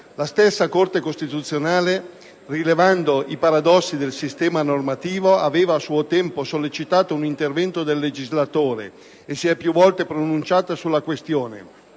La stessa Corte costituzionale, rilevando i paradossi del sistema normativo, aveva a suo tempo sollecitato un intervento del legislatore e si è più volte pronunciata sulla questione,